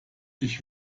ich